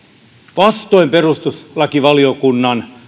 vastoin perustuslakivaliokunnan